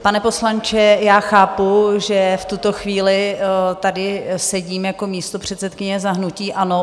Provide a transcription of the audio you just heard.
Pane poslanče, chápu, že v tuto chvíli tady sedím jako místopředsedkyně za hnutí ANO.